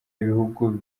ibihugu